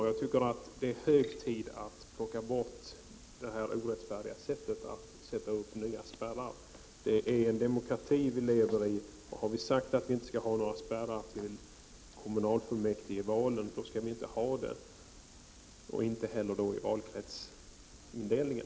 Jag tycker det är hög tid att plocka bort denna orättfärdiga metod att sätta upp nya spärrar. Det är en demokrati vi lever i. Har vi sagt att vi inte skall några spärrar vid kommunfullmäktigevalen, skall vi inte ha det, och då inte heller i valkretsindelningen.